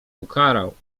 ukarał